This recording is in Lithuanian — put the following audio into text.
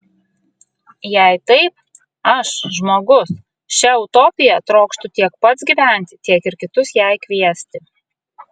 jei taip aš žmogus šia utopija trokštu tiek pats gyventi tiek ir kitus jai kviesti